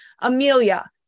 Amelia